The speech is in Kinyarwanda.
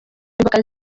n’imboga